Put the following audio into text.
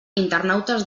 internautes